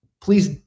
please